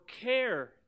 care